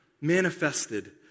manifested